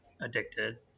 Addicted